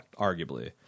Arguably